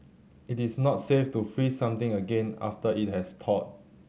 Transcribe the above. it is not safe to freeze something again after it has thawed